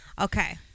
okay